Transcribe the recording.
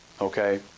Okay